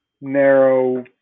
narrow